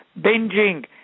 binging